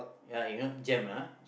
ya you know jam lah